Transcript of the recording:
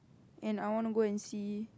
and I want to go and see